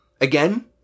again